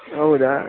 ಹೌದಾ